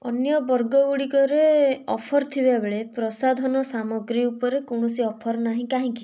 ଅନ୍ୟ ବର୍ଗ ଗୁଡ଼ିକରେ ଅଫର୍ ଥିବାବେଳେ ପ୍ରସାଧନ ସାମଗ୍ରୀ ଉପରେ କୌଣସି ଅଫର୍ ନାହିଁ କାହିଁକି